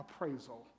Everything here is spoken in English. appraisal